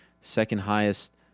second-highest